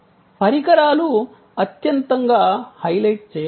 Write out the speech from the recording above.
పరికరాలు అత్యంతగా హైలైట్ చేయబడ్డాయి